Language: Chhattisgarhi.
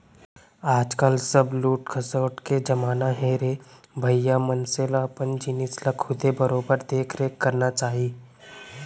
आज काल सब लूट खसोट के जमाना हे रे भइया मनसे ल अपन जिनिस ल खुदे बरोबर देख रेख करना चाही